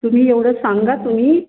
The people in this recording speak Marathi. तुम्ही एवढं सांगा तुम्ही